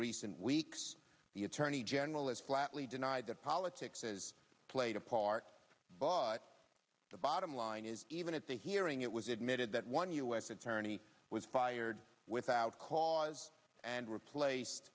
recent weeks the attorney general has flatly denied that politics has played a part but the bottom line is even at the hearing it was admitted that one u s attorney was fired without cause and replaced